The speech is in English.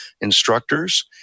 instructors